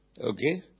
Okay